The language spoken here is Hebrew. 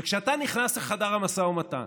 וכשאתה נכנס לחדר המשא ומתן